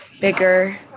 bigger